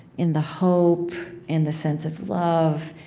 in the hope, in the sense of love,